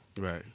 Right